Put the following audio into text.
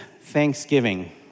thanksgiving